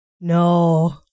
No